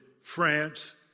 France